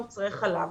מוצרי חלב.